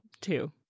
Two